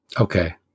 Okay